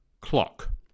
clock